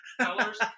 colors